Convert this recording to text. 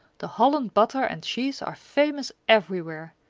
the holland butter and cheese are famous everywhere,